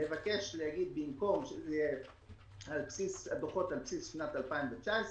לבקש להגיד שבמקום שזה יהיה על בסיס הדוחות של שנת 19',